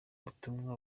ubutumwa